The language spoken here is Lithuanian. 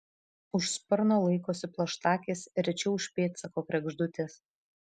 už sparno laikosi plaštakės rečiau už pėdsako kregždutės